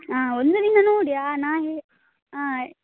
ಹಾಂ ಒಂದು ದಿನ ನೋಡಿ ನಾ ಹೇ ಹಾಂ